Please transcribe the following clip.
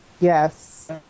Yes